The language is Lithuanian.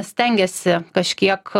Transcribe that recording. stengiasi kažkiek